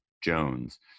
Jones